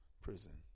prison